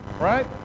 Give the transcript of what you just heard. right